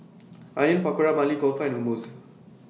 Onion Pakora Maili Kofta and Hummus